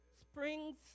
Springs